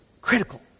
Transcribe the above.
Critical